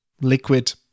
liquid